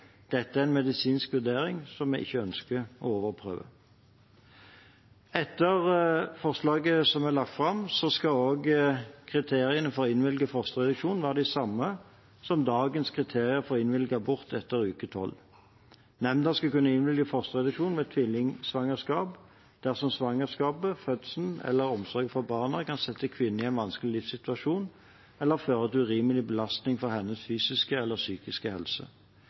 Dette er en medisinsk vurdering, som vi ikke ønsker å overprøve. Etter forslaget som er lagt fram, skal også kriteriene for å innvilge fosterreduksjon være de samme som dagens kriterier for å innvilge abort etter 12. uke. Nemnda skal kunne innvilge fosterreduksjon ved tvillingsvangerskap dersom svangerskapet, fødselen eller omsorgen for barna kan sette kvinnen i en vanskelig livssituasjon eller føre til urimelig belastning for hennes fysiske eller psykiske helse.